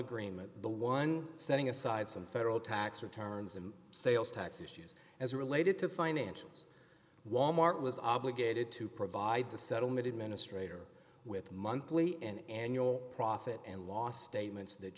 agreement the one setting aside some federal tax returns and sales tax issues as related to financials wal mart was obligated to provide the settlement administrator with monthly and annual profit and loss statements that